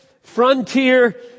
frontier